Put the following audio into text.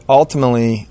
ultimately